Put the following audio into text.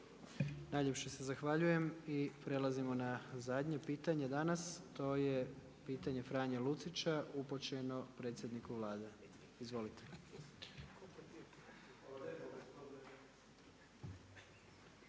Najljepše se zahvaljujem. I prelazimo na zadnje pitanje danas. To je pitanje Franje Lucića upućeno predsjedniku Vlade. Izvolite.